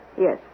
Yes